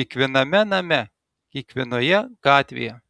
kiekviename name kiekvienoje gatvėje